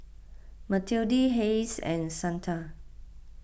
Matilde Hayes and Santa